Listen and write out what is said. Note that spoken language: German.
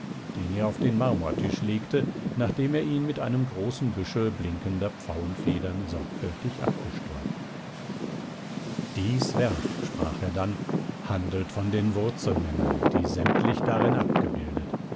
den er auf den marmortisch legte nachdem er ihn mit einem großen büschel blinkender pfauenfedern sorgfältig abgestäubt dies werk sprach er dann handelt von den wurzelmännern die sämtlich darin abgebildet